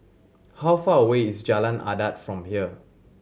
how far away is Jalan Adat from here